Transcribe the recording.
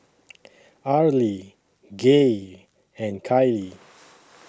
Arlie Gaye and Kylie